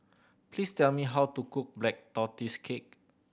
please tell me how to cook Black Tortoise Cake